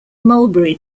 mulberry